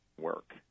work